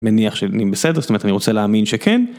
מניח שאני בסדר, זאת אומרת אני רוצה להאמין שכן.